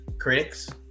critics